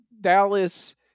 Dallas